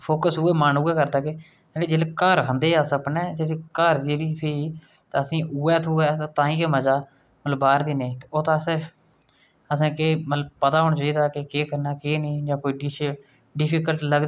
की जेह्ड़ा अस रुट्टी खन्नै आं होर तन ढक्कने आं अपने कपड़े कन्नै की ओह् कपड़ा किन्ना जरूरी ऐ इस च जिकर कीते दा ऐ फिर उंदी इक्क क्हानी होर ऐ